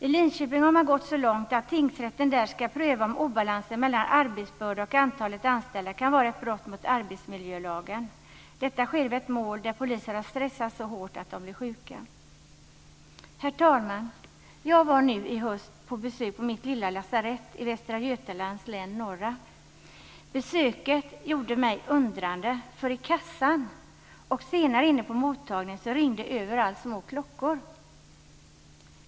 I Linköping har man gått så långt att tingsrätten där ska pröva om obalansen mellan arbetsbörda och antalet anställda kan vara ett brott mot arbetsmiljölagen. Detta sker i ett mål där poliser stressats så hårt att de blivit sjuka. Herr talman! Jag var nu i höst på besök på mitt lilla lasarett i Västra Götalands län norra. Besöket gjorde mig undrande, för i kassan och senare inne på mottagningen ringde överallt små klockor.